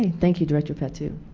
thank you director patu.